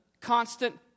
constant